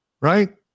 right